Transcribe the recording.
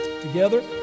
together